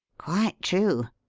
quite true.